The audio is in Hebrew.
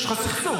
יש לך סכסוך.